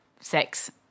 sex